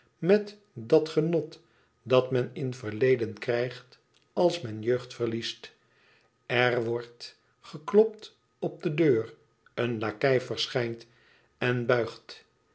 met dat genot dat men in verleden krijgt als men jeugd verliest er wordt geklopt op de deur een lakei verschijnt en buigt